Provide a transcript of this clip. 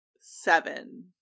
seven